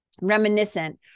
reminiscent